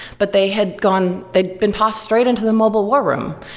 but they had gone they'd been tossed straight into the mobile war room.